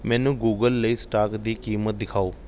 ਮੈਨੂੰ ਗੂਗਲ ਲਈ ਸਟਾਕ ਦੀ ਕੀਮਤ ਦਿਖਾਓ